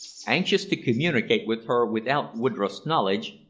anxious to communicate with her without woodroffe's knowledge,